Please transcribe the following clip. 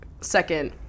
Second